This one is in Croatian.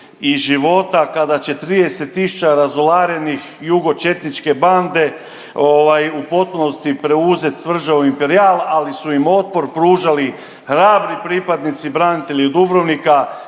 i života kada će 30000 razularenih jugo četničke bande u potpunosti preuzeti tvrđavu Imperial ali su im otpor pružali hrabri pripadnici branitelji Dubrovnika,